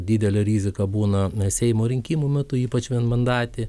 didelė rizika būna ne seimo rinkimų metu ypač vienmandatėj